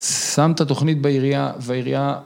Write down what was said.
‫שם את התוכנית בעירייה, והעירייה...